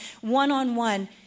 one-on-one